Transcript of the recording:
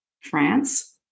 France